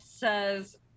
says